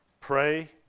Pray